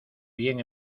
bien